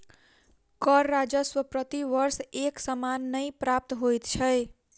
कर राजस्व प्रति वर्ष एक समान नै प्राप्त होइत छै